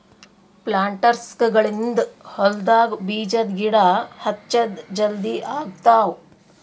ಪ್ಲಾಂಟರ್ಸ್ಗ ಗಳಿಂದ್ ಹೊಲ್ಡಾಗ್ ಬೀಜದ ಗಿಡ ಹಚ್ಚದ್ ಜಲದಿ ಆಗ್ತಾವ್